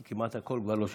כי כמעט הכול כבר לא שומרים,